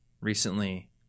recently